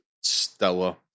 Stella